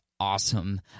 awesome